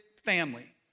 Family